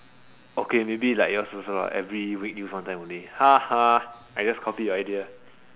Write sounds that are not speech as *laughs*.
okay maybe like yours also lor every week use one time only *laughs* I just copied your idea